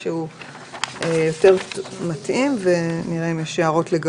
כי אז זה באמת פחות מתאים אם הוא מונה לא כחבר אותם